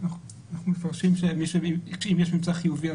אם יש ממצא חיובי,